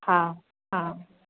हा हा